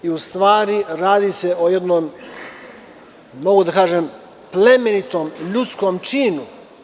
U stvari, radi se o jednom, slobodno mogu da kažem, plemenitom i ljudskom činu.